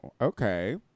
okay